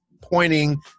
pointing